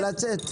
לצאת.